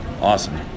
Awesome